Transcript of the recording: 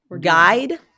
Guide